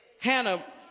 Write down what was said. Hannah